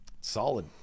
Solid